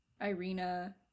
Irina